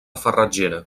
farratgera